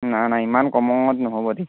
নাই নাই ইমান কমত নহ'ব দেই